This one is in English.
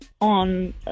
on